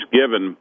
given